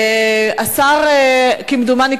כמדומני,